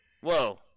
Whoa